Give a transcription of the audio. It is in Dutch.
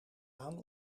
aan